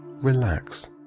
Relax